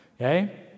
Okay